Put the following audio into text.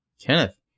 Kenneth